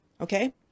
Okay